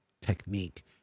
technique